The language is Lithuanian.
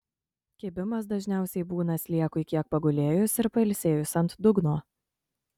kibimas dažniausiai būna sliekui kiek pagulėjus ir pailsėjus ant dugno